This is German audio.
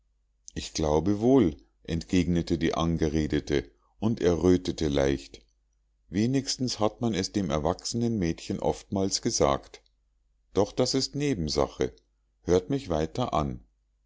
ich glaube wohl entgegnete die angeredete und errötete leicht wenigstens hat man es dem erwachsenen mädchen oftmals gesagt doch das ist nebensache hört mich weiter an